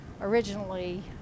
originally